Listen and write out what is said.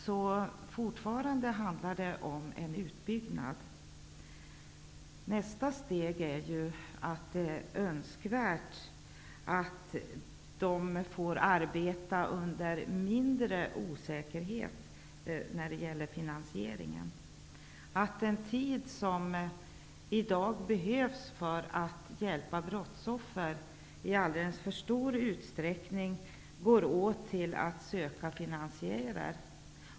Så fortfarande handlar det om en utbyggnad. Nästa steg, som är önskvärt, är att jourerna får arbeta under mindre osäkerhet när det gäller finansieringen. Den tid som i dag skulle behövas för att hjälpa brottsoffer går i alldeles för stor utsträckning åt att söka finansiärer.